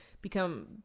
become